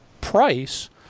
price